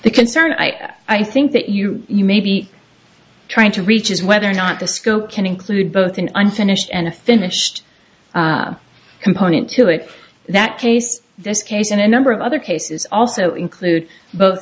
the concern i i think that you may be trying to reach is whether or not the scope can include both an unfinished and a finished component to it that case this case in a number of other cases also include bot